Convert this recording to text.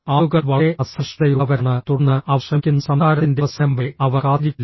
ആളുകൾ വളരെ അസഹിഷ്ണുതയുള്ളവരാണ് തുടർന്ന് അവർ ശ്രമിക്കുന്ന സംസാരത്തിന്റെ അവസാനം വരെ അവർ കാത്തിരിക്കില്ല